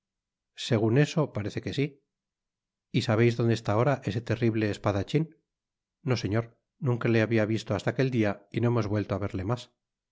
segun eso parece que sí y sabeis donde está ahora ese terrible espadachín no señor nunca le habia visto hasta aquel dia y no hemos vuelto á verle mas